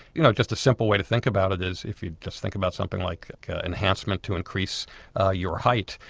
you know, just a simple way to think about it is if you just think about something like enhancement to increase ah your height.